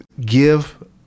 give